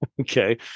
Okay